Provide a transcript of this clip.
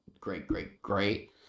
great-great-great